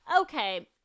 okay